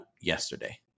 yesterday